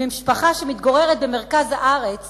ממשפחה שמתגוררת במרכז הארץ